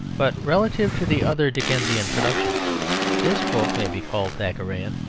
but relatively to the other dickensian productions this book may be called thackerayan.